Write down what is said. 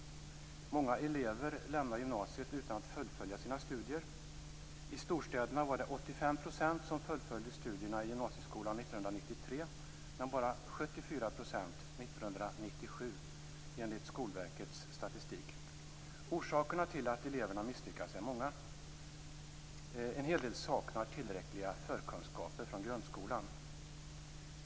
Många elever lämnar gymnasiet utan att fullfölja sina studier. I storstäderna var det 85 % som fullföljde studierna i gymnasieskolan 1993 men bara 74 % år Orsakerna till att eleverna misslyckas är många. En hel del saknar tillräckliga förkunskaper från grundskolan.